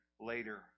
later